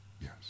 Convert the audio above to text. yes